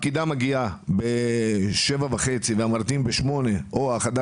הפקידה מגיעה ב-7:30 והמרדים ב-8:00 או חדר